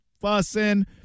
fussing